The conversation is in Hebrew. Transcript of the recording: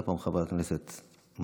חבר הכנסת יאסר חוג'יראת,